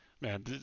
man